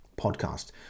podcast